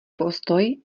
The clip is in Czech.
postoj